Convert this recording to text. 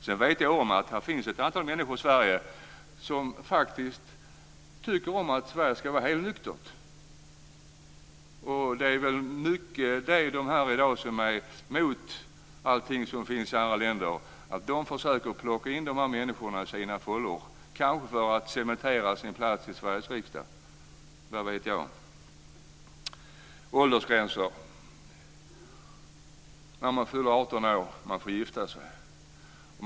Jag vet om att det finns ett antal människor i Sverige som faktiskt tycker att Sverige ska vara helnyktert. Det är väl så att de som är emot allting som finns i andra länder försöker att plocka in de här människorna i sina fållor, kanske för att cementera sin plats i Sveriges riksdag, vad vet jag. Så till åldersgränser. När man fyller 18 år får man gifta sig.